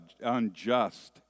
unjust